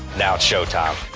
now it's show time.